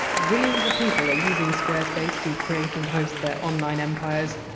zillions of people are using squarespace to create and host their online empires,